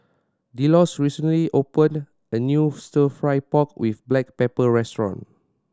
Delos recently opened a new Stir Fry pork with black pepper restaurant